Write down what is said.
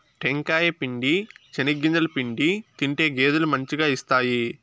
టెంకాయ పిండి, చెనిగింజల పిండి తింటే గేదెలు మంచిగా ఇస్తాయి